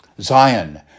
Zion